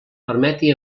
permeti